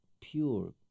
Pure